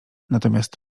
natomiast